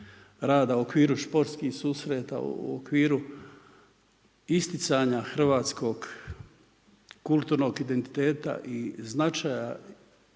rada u okviru sportskih susreta, u okviru isticanja hrvatskog kulturnog identiteta i značaja